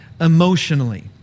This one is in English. emotionally